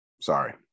Sorry